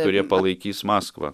kurie palaikys maskvą